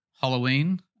Halloween